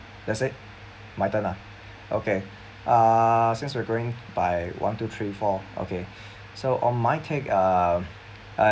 that's it my turn ah okay uh since we're going by one two three four okay so on my take uh